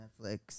Netflix